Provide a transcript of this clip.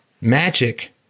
magic